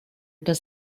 does